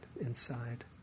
inside